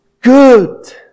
good